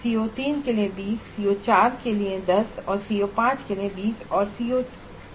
और CO3 के लिए 20 और CO4 के लिए 10 CO5 के लिए 20 और CO6 के लिए 20